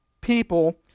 people